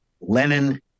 Lenin